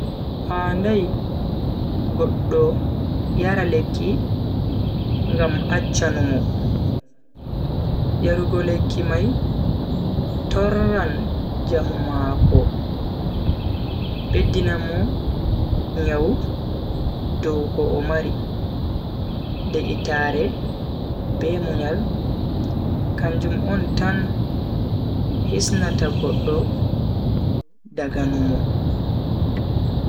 Handai goddo yara lekki ngam accha numo. yarugo lekki mai torran njamu mako beddinan mo nyawu dow ko o mari. de'itaare be munyal kanjum on tan hisnata goddo daga numo.